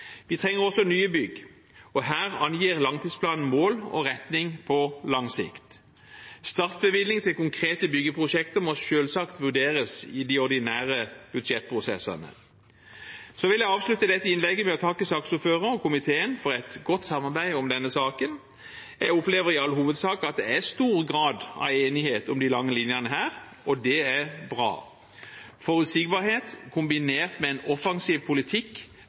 Vi trenger også nye bygg. Her angir langtidsplanen mål og retning på lang sikt. Startbevilgning til konkrete byggeprosjekter må selvsagt vurderes i de ordinære budsjettprosessene. Så vil jeg avslutte dette innlegget med å takke saksordføreren og komiteen for et godt samarbeid om denne saken. Jeg opplever i all hovedsak at det er stor grad av enighet om de lange linjene her, og det er bra. Forutsigbarhet kombinert med en offensiv politikk